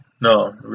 No